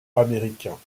américains